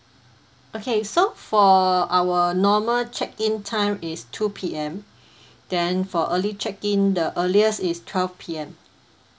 okay so for our normal check in time is two P_M then for early check in the earliest is twelve P_M